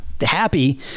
happy